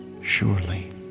Surely